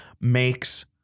makes